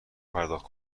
پرداخت